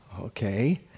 okay